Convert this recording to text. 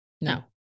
no